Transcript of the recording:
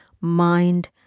mind